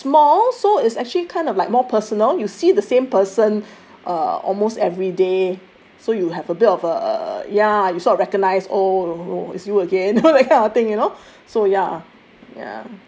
and it's a small so it's actually kind of like more personal you see the same person uh almost every day so you have a bit of uh ya you sort of recognise oh is you again that kind of thing you know so ya